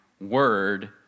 word